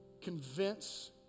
convince